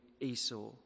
Esau